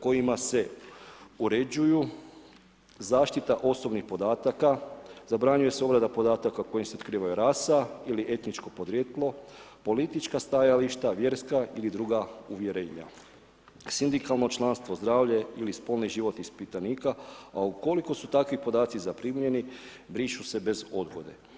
kojima se uređuju zaštita osobnih podataka, zabranjuje se obrada podataka kojima se otkriva rasa ili etničko podrijetlo, politička stajališta, vjerska ili druga uvjerenja, sindikalno članstvo, zdravlje ili spolni život ispitanika, a ukoliko su takvi podaci zaprimljeni brišu se bez odgode.